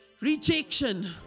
rejection